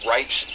Rights